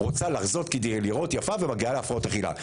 רוצה להרזות כדי להיראות יפה ומגיעה להפרעות אכילה.